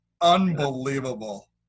Unbelievable